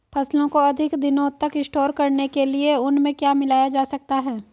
फसलों को अधिक दिनों तक स्टोर करने के लिए उनमें क्या मिलाया जा सकता है?